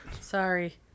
Sorry